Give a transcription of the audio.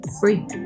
free